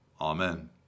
Amen